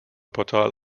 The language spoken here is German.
portal